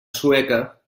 sueca